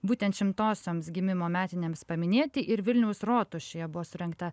būtent šimtosioms gimimo metinėms paminėti ir vilniaus rotušėje buvo surengta